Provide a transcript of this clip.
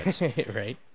right